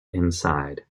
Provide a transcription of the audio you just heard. inside